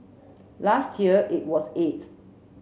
last year it was eighth